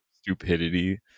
stupidity